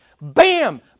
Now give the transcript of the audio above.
Bam